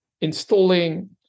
installing